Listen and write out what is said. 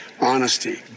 honesty